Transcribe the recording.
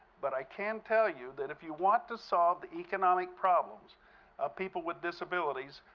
but i can tell you that if you want to solve the economic problems of people with disabilities,